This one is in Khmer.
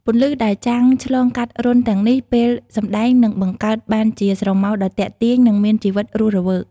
ពន្លឺដែលចាំងឆ្លងកាត់រន្ធទាំងនេះពេលសម្តែងនឹងបង្កើតបានជាស្រមោលដ៏ទាក់ទាញនិងមានជីវិតរស់រវើក។